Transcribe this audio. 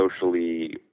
socially